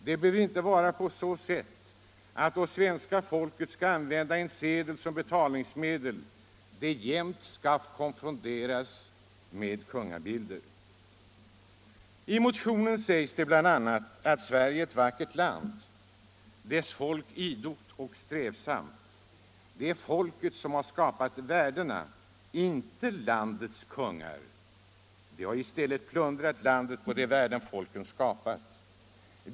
Det bör inte vara så att vi här i landet jämt skall konfronteras med kungabilder när vi skall använda en sedel som betalningsmedel. I motionen sägs bl.a. att Sverige är ett vackert land, dess folk idogt och strävsamt. Det är folket som har skapat värdena, inte landets kungar. De har i stället plundrat landet på de värden folket skapat.